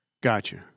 Gotcha